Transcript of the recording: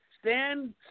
Stand